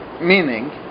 Meaning